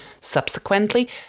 Subsequently